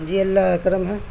جی اللہ کا کرم ہے